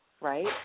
right